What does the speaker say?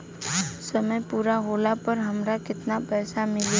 समय पूरा होला पर हमरा केतना पइसा मिली?